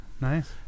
Nice